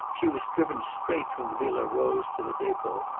she was driven straight from the villa rose to the depot.